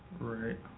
right